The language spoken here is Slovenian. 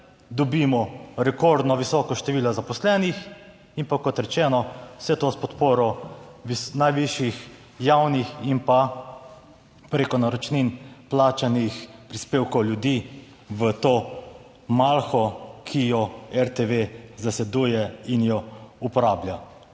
dobimo rekordno visoko število zaposlenih, in pa, kot rečeno, vse to s podporo najvišjih javnih in pa preko naročnin plačanih prispevkov ljudi v to malho, ki jo RTV zasleduje in jo uporablja.